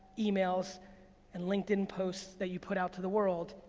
emails and linkedin posts that you put out to the world,